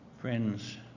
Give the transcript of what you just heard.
Friends